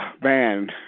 man